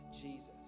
Jesus